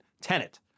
Tenet